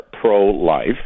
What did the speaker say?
pro-life